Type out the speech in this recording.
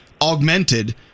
augmented